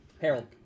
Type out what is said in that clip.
Harold